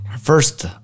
First